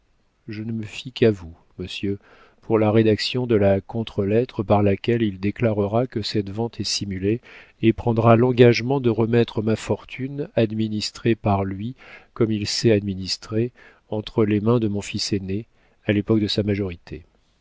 je ne me fie qu'à vous monsieur pour la rédaction de la contre-lettre par laquelle il déclarera que cette vente est simulée et prendra l'engagement de remettre ma fortune administrée par lui comme il sait administrer entre les mains de mon fils aîné à l'époque de sa majorité